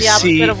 see